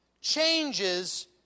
changes